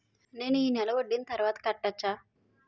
నేను ఈ నెల వడ్డీని తర్వాత కట్టచా?